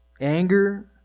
anger